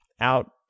out